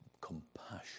compassion